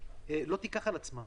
לא תיקח על עצמה.